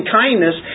kindness